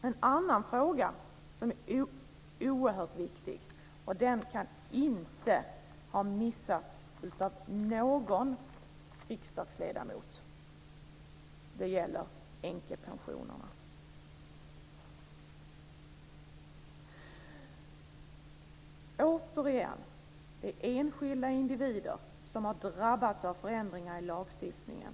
En annan fråga som är oerhört viktig kan inte ha missats av någon riksdagsledamot. Det gäller änkepensionerna. Det är återigen enskilda individer som har drabbats av förändringar i lagstiftningen.